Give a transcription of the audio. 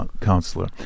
counselor